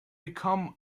become